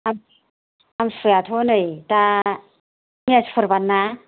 आमथिसुवायाथ' नै दा मैया शुक्रुबार ना